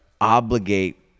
obligate